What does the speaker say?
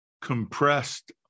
compressed